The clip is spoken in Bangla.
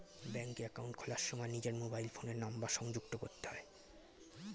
ব্যাঙ্কে অ্যাকাউন্ট খোলার সময় নিজের মোবাইল ফোনের নাম্বার সংযুক্ত করতে হয়